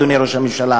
אדוני ראש הממשלה.